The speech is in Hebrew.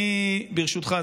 ברשותך,